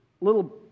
little